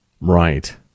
right